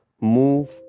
move